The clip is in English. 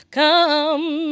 come